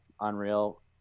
unreal